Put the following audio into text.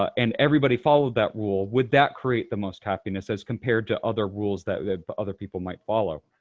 and everybody followed that rule, would that create the most happiness, as compared to other rules that that but other people might follow.